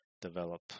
develop